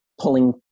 pulling